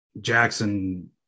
Jackson